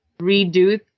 redo